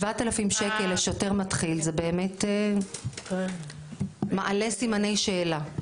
7,000 שקלים לשוטר מתחיל זה באמת מעלה סימני שאלה.